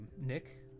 Nick